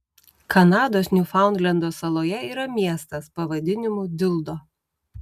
kanados niufaundlendo saloje yra miestas pavadinimu dildo